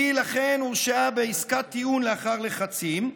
היא הורשעה בעסקת טיעון לאחר לחצים,